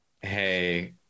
hey